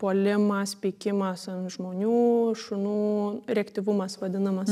puolimas pykimas ant žmonių šunų reaktyvumas vadinamas